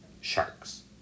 sharks